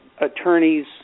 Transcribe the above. attorneys